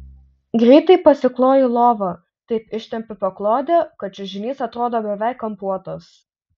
greitai pasikloju lovą taip ištempiu paklodę kad čiužinys atrodo beveik kampuotas